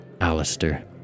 Alistair